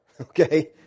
okay